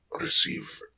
receive